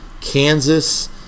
Kansas